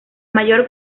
mayor